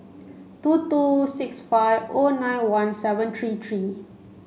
two two six five O nine one seven three three